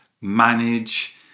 manage